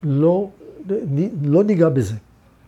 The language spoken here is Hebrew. ‫לא ניגע בזה.